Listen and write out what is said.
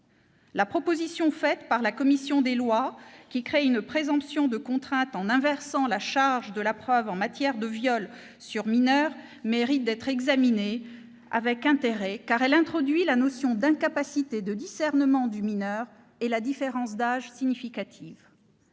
La proposition de la commission des lois visant à créer une présomption de contrainte en inversant la charge de la preuve en matière de viol sur mineurs mérite d'être examinée avec intérêt, car elle introduit la notion d'incapacité de discernement du mineur et la différence d'âge significative.